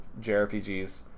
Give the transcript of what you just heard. JRPGs